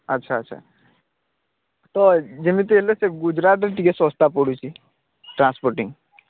ଆଚ୍ଛା ଆଚ୍ଛା ତ ଯେମିତି ହେଲେ ସେ ଗୁଜୁରାଟରେ ଟିକେ ଶସ୍ତା ପଡୁଛି ଟ୍ରାନ୍ସପୋଟିଙ୍ଗ୍